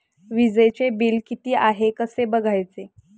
वीजचे बिल किती आहे कसे बघायचे?